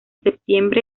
septiembre